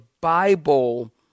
Bible